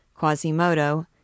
Quasimodo